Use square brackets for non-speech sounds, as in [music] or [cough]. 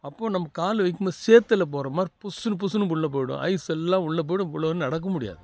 அப்போ நம்ம கால் வைக்கும்போது சேத்தில் போகிற மாதிரி புஸ்ஸுனு புஸ்ஸுனு உள்ளே போய்டும் ஐஸ் எல்லாம் உள்ள போய்டும் [unintelligible] நடக்க முடியாது